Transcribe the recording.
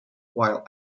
while